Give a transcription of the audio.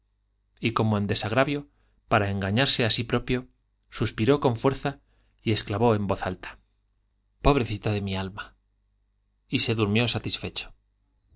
y como en desagravio para engañarse a sí propio suspiró con fuerza y exclamó en voz alta pobrecita de mi alma y se durmió satisfecho